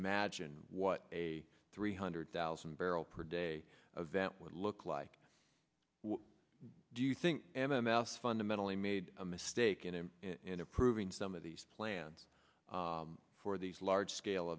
imagine what a three hundred thousand barrel per day event would look like do you think m m s fundamentally made a mistake in him in approving some of these plans for these